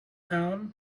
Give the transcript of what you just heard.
arm